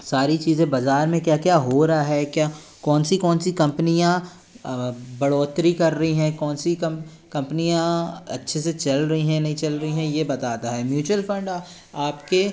सारी चीज़ें बाज़ार में क्या क्या हो रहा है क्या कौन सी कौन सी कंपनियाँ बढ़ोतरी कर रही हैं कौन सी कंपनियाँ अच्छे से चल रही हैं नहीं चल रही हैं ये बताता है म्यूचुअल फंड आपके